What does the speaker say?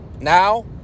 Now